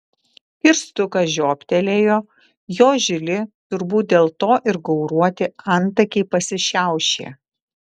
kirstukas žiobtelėjo jo žili turbūt dėl to ir gauruoti antakiai pasišiaušė